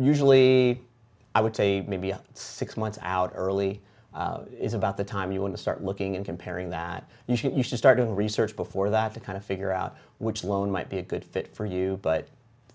usually i would say maybe six months out early is about the time you want to start looking and comparing that you should start doing research before that to kind of figure out which loan might be a good fit for you but